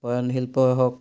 বয়ন শিল্পই হওক